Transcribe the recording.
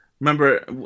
Remember